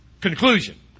Conclusion